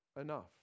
enough